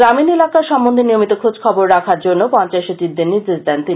গ্রামীন এলাকার সম্বন্ধে নিয়মিত খোঁজ খবর রাখার জন্যও পঞ্চায়েত সচিবদের নির্দেশ দেন তিনি